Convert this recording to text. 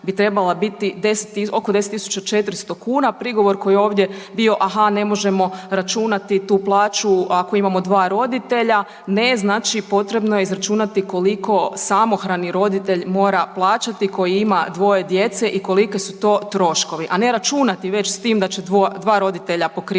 bi trebala biti oko 10.400 kuna. Prigovor koji je ovdje bio aha ne možemo računati tu plaću ako imamo dva roditelja. Ne, znači potrebno je izračunati koliko samohrani roditelj mora plaćati koji ima dvoje djece i koliki su to troškovi, a ne računati već s tim da će dva roditelja pokrivati